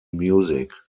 music